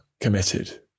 committed